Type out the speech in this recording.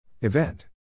Event